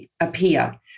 appear